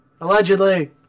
Allegedly